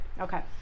Okay